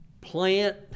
plant